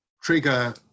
trigger